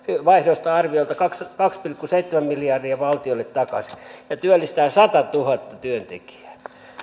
arviolta kaksi kaksi pilkku seitsemän miljardia valtiolle takaisin ja työllistää satatuhatta työntekijää